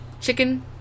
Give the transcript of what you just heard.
Chicken